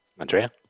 Andrea